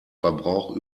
verbrauch